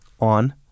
on